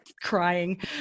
crying